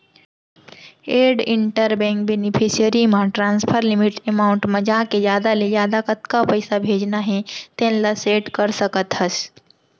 add inter bank beneficiary म transfer limit amount म जाके जादा ले जादा कतका पइसा भेजना हे तेन ल सेट कर सकत हस